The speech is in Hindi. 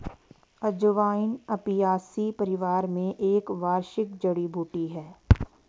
अजवाइन अपियासी परिवार में एक वार्षिक जड़ी बूटी है